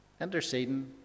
interceding